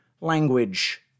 language